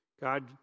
God